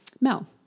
Mel